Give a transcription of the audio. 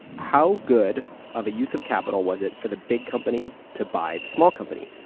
how good of a use of capital was it for the big company to buy the small company?